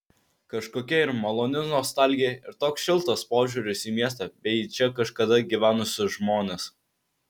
kažkokia ir maloni nostalgija ir toks šiltas požiūris į miestą bei į čia kažkada gyvenusius žmones